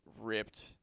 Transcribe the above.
ripped